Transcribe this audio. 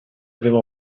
aveva